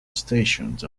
stationed